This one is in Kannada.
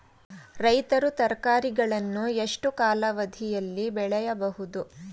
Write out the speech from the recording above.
ರೈತರು ತರಕಾರಿಗಳನ್ನು ಎಷ್ಟು ಕಾಲಾವಧಿಯಲ್ಲಿ ಬೆಳೆಯಬಹುದು?